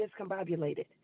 discombobulated